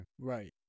Right